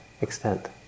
extent